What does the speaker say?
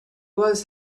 was